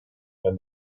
and